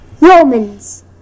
Romans